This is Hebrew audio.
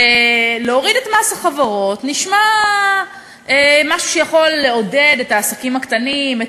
להוריד את מס החברות נשמע משהו שיכול לעודד את העסקים הקטנים,